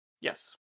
Yes